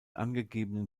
angegebenen